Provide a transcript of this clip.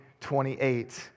28